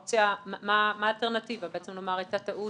מה אלטרנטיבה, בעצם לומר הייתה טעות.